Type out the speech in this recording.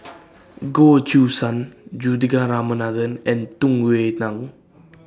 Goh Choo San Juthika Ramanathan and Tung Yue Nang